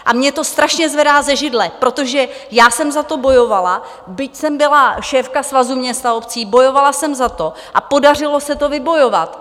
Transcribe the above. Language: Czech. A mě to strašně zvedá ze židle, protože já jsem za to bojovala, byť jsem byla šéfka Svazu měst a obcí, bojovala jsem za to a podařilo se to vybojovat.